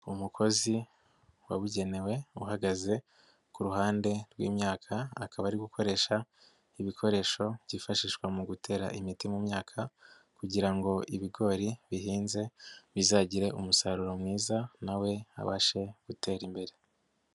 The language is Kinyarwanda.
Umukozi wabugenewe uhagaze ku ruhande rw'imyaka, akaba ari gukoresha ibikoresho byifashishwa mu gutera imiti mu myaka kugira ngo ibigori bihinze bizagire umusaruro mwiza na we abashe gutera imbere.